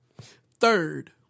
Third